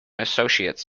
associate